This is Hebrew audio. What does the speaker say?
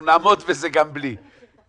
נעמוד בזה גם בלי שתחזור על הדברים.